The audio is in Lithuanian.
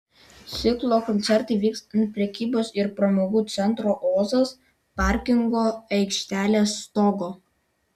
ciklo koncertai vyks ant prekybos ir pramogų centro ozas parkingo aikštelės stogo